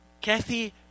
Kathy